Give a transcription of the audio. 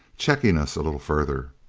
checking us a little further.